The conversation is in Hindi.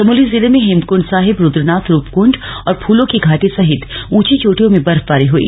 चमोली जिले में हेमकुंड साहिब रुद्रनाथ रूपकुंड और फूलों की घाटी सहित ऊंची चोटियों में बर्फबारी हुई